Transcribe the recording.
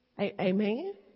Amen